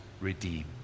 redeem